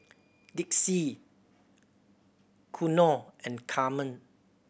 Dicy Konnor and Carma